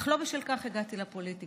אך לא בשל כך הגעתי לפוליטיקה.